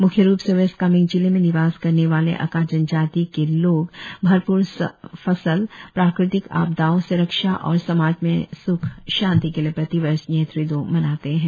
म्ख्य रुप से वेस्ट कामेंग जिले में निवास करने वाले अका जनजाती के लोग भरपुर सफल प्राकृतिक आपदाओं से रक्षा और समाज में स्ख शांति के लिए प्रतिवर्ष न्येत्री डॉव मनाते है